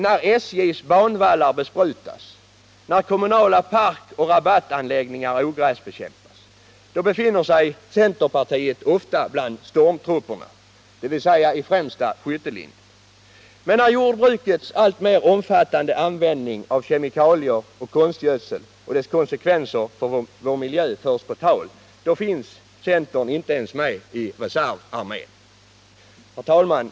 När SJ:s banvallar besprutats, när kommunala parkoch rabattanläggningar ogräsbekämpats, då befinner sig centern ofta bland stormtrupperna, dvs. i främsta skyttelinjen, men när jordbrukets alltmer omfattande användning av kemikalier och konstgödselmedel och dess konsekvenser för vår miljö förs på tal, då finns centern inte ens med i reservarmén. Herr talman!